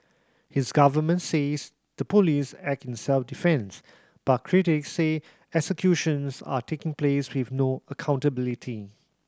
his government says the police act in self defence but critics say executions are taking place with no accountability